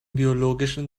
biologischen